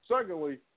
Secondly